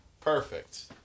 Perfect